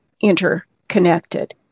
interconnected